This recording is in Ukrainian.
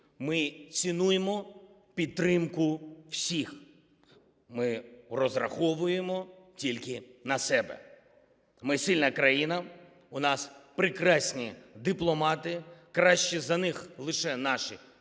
ми цінуємо підтримку всіх, ми розраховуємо тільки на себе, ми – сильна країна, у нас прекрасні дипломати, кращі за них лише наші